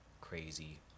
crazy